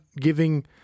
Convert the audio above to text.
giving